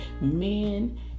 men